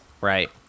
right